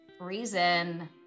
reason